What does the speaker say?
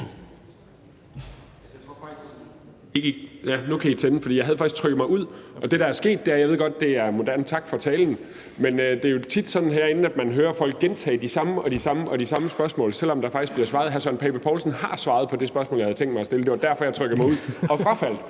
nu kan I tænde mikrofonen, for jeg havde faktisk trykket mig ud – og tak for talen. Det er jo tit sådan herinde, at man hører folk gentage det samme og det samme spørgsmål, selv om der faktisk bliver svaret. Hr. Søren Pape Poulsen har svaret på det spørgsmål, jeg havde tænkt mig at stille, og det var derfor, jeg trykkede mig ud og frafaldt.